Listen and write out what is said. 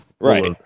Right